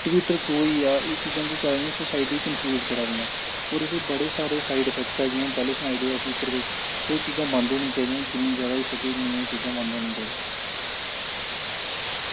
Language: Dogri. ट्वीटर थ्रू होई गेआ एह् चीजां केह् करा दियां सोसाइटी गी कंफ्यूज करा दियां होर एह्दे बड़े सारे साइड इफैक्ट ऐ जि'यां पैह्लें सनाई ओड़ेआ फ्यूचर बिच्च सो एह् चीजां बंद होनियां चाहि दियां जिन्नी जादा होई सकै इन्नी एह् चीजां बंद होनियां चाहि दियां